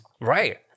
Right